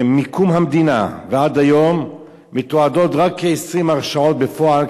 מקום המדינה ועד היום מתועדות רק כ-20 הרשעות בפועל,